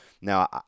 Now